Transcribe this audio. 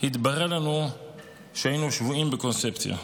התברר לנו שהיינו שבויים בקונספציה.